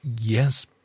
yes